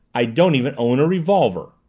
i don't even own a revolver!